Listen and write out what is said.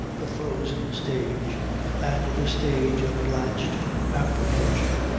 the frozen stage and the stage of blanched apprehension,